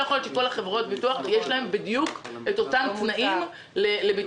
לא יכול להיות שלכל חברות הביטוח יש בדיוק אותם תנאים לביטוח,